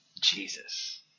Jesus